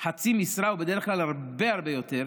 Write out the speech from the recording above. חצי משרה, ובדרך כלל הרבה הרבה יותר,